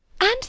And